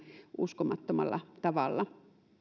uskomattomalla tavalla että